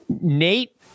Nate